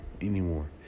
anymore